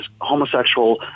homosexual